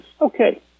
Okay